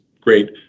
great